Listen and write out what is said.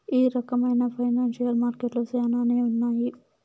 ఈ రకమైన ఫైనాన్సియల్ మార్కెట్లు శ్యానానే ఉన్నాయి